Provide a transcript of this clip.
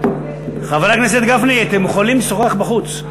חבר הכנסת גפני, אתם יכולים לשוחח בחוץ.